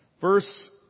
Verse